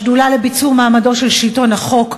השדולה לביצור מעמדו של שלטון החוק,